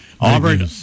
Auburn